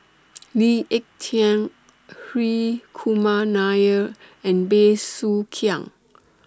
Lee Ek Tieng Hri Kumar Nair and Bey Soo Khiang